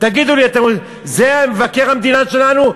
תגידו לי, זה מבקר המדינה שלנו?